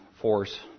force